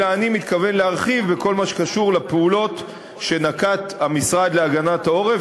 אלא אני מתכוון להרחיב בכל מה שקשור לפעולות שנקט המשרד להגנת העורף,